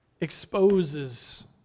exposes